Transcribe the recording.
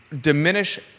diminish